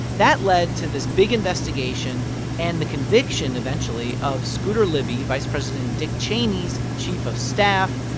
that led to this big investigation and the conviction eventually of scooter libby, vice president dick cheney's chief of staff.